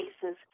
cases